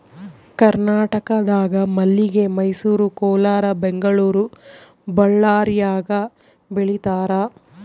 ಕರ್ನಾಟಕದಾಗ ಮಲ್ಲಿಗೆ ಮೈಸೂರು ಕೋಲಾರ ಬೆಂಗಳೂರು ಬಳ್ಳಾರ್ಯಾಗ ಬೆಳೀತಾರ